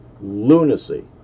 lunacy